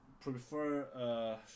prefer